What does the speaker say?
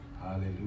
Hallelujah